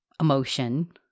emotion